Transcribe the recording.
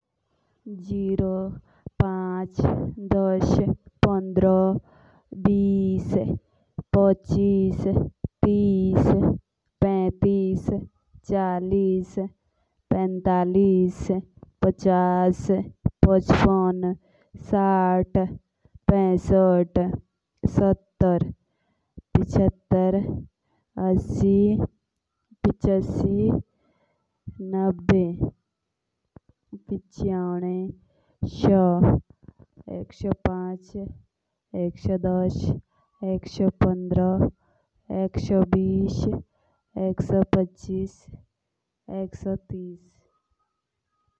जीरो, पंच, दास, पांडारो, बिश, पोचिस, दिस, पेटिस, चालिस, पेंटालिस, पचास, पचपन, साथ, पेसैट, सत्तार, पिचतर, हस्सी, पिचासी, नाभेह, पिचानबे, सोह।